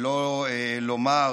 שלא לומר